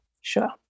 Sure